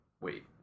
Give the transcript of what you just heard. Wait